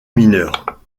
mineurs